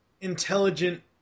intelligent